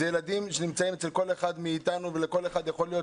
אלה ילדים שנמצאים אצל כל אחד מאתנו ולכל אחד מאתנו יכול לקרות